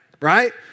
right